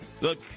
look